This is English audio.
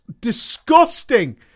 disgusting